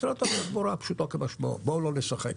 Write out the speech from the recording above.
משרד התחבורה, פשוטו כמשמעו, בואו לא נשחק.